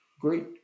great